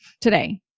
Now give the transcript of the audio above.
today